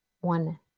one